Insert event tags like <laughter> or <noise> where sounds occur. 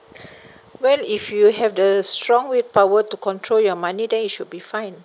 <breath> well if you have the strong will power to control your money then it should be fine